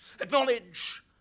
Acknowledge